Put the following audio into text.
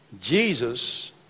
Jesus